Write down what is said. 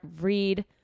read